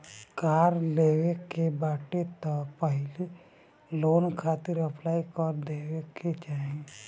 कार लेवे के बाटे तअ पहिले लोन खातिर अप्लाई कर देवे के चाही